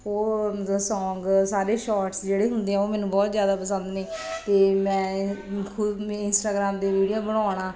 ਉਹ ਸੌਂਗ ਸਾਰੇ ਸ਼ੋਰਟਸ ਜਿਹੜੇ ਹੁੰਦੇ ਆ ਉਹ ਮੈਨੂੰ ਬਹੁਤ ਜ਼ਿਆਦਾ ਪਸੰਦ ਨੇ ਅਤੇ ਮੈਂ ਇਸਟਾਗਰਾਮ 'ਤੇ ਵੀਡੀਓ ਬਣਾਉਣਾ